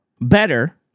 better